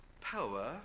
power